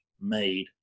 made